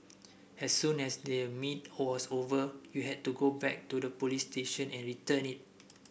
as soon as the meet has over you had to go back to the police station and return it